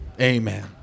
Amen